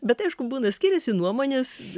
bet aišku būna skiriasi nuomonės